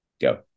go